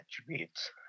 attributes